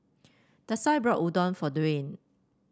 Dasia bought Udon for Dwayne